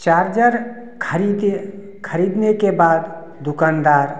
charger खरीदे खरीदने के बाद दुकानदार